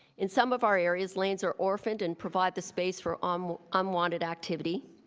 in some of our areas, lanes are orphaned and provide the space for um unwanted activity.